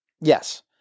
yes